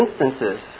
instances